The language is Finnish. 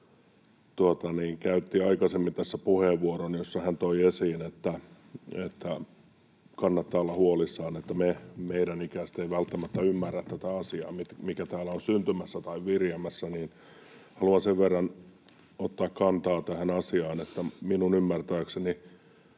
käytti aikaisemmin tässä puheenvuoron, jossa hän toi esiin, että kannattaa olla huolissaan, että meidän ikäiset eivät välttämättä ymmärrä tätä asiaa, mikä täällä on syntymässä tai viriämässä, niin haluan sen verran ottaa kantaa tähän asiaan, että minun ymmärtääkseni